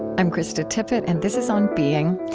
i'm krista tippett, and this is on being.